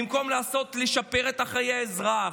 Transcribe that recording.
במקום לשפר את חיי האזרח,